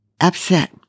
upset